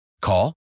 Call